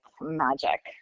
magic